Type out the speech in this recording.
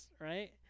right